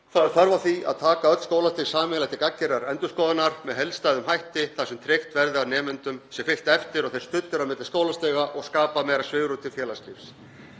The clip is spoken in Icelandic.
Þörf er á því að taka öll skólastig sameiginlega til gagngerrar endurskoðunar með heildstæðum hætti þar sem tryggt verði að nemendum sé fylgt eftir og þeir studdir á milli skólastiga og skapað meira svigrúm til félagslífs,